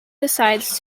decides